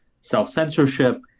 self-censorship